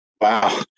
Wow